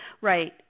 right